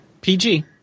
PG